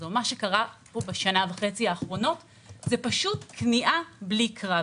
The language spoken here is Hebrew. מה שקרה פה בשנה וחצי האחרונות זה כניעה בלי קרב.